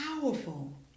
powerful